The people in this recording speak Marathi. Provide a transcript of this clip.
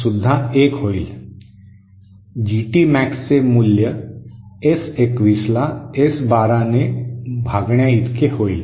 जीटी मॅक्सचे मूल्य एस 21 ला एस 12 ने भागण्या इतके होईल